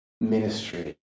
ministry